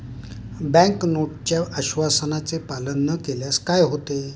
Bank नोटच्या आश्वासनाचे पालन न केल्यास काय होते?